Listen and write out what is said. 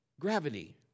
gravity